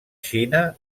xina